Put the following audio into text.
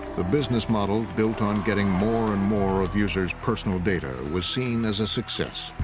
the business model built on getting more and more of users' personal data was seen as a success.